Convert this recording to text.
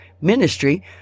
ministry